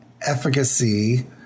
efficacy